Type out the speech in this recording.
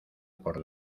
por